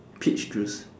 peach juice